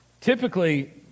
typically